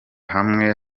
hamwe